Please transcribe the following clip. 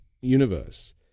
universe